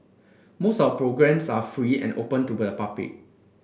most of the programmes are free and open to the public